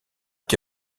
qui